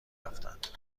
رفتند